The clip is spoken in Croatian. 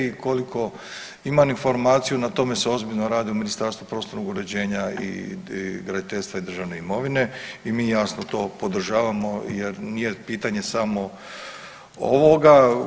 I koliko imam informaciju na tome se ozbiljno radi u Ministarstvu prostornog uređenja i graditeljstva i državne imovine i mi jasno to podržavamo jer nije pitanje samo ovoga.